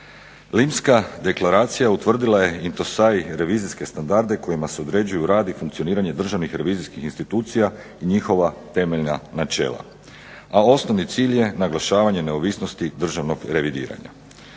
Limska deklaracija utvrdila je intosai revizijske standarde kojima se određuju rad i funkcioniranje državnih revizijskih institucija i njihova temeljna načela. A osnovni cilj je naglašavanje neovisnosti državnog revidiranja.